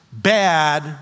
Bad